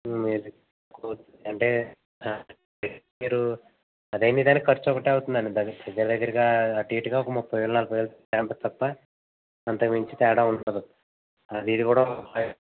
మీకు ఎక్కువ అవుతుంది అంటే మీరు అది అయిన ఇది అయిన ఖర్చు ఒకటే అవుతుంది అండి దగ్గర దగ్గరగా ఒక ముప్పైవేలు నలభై వేలు తేడా ఉంటుంది తప్ప అంతకుమించి తేడా ఉండదు మీది కూడ ముప్పై